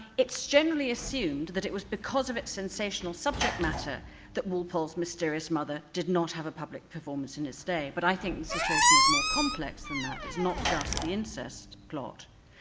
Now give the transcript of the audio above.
it's generally assumed that it was because of its sensational subject matter that walpole's mysterious mother did not have a public performance in his day but i think the situation is more complex than that. it's not just the incest plot.